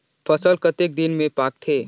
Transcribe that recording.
फसल कतेक दिन मे पाकथे?